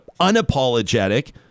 unapologetic